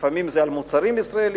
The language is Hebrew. לפעמים זה על מוצרים ישראליים,